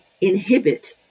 inhibit